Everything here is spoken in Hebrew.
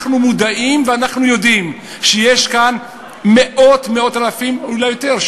מודעים ויודעים שיש כאן מאות אלפים ואולי יותר,